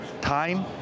time